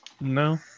no